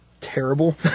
Terrible